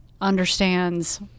understands